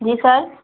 जी sir